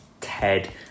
ted